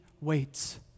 waits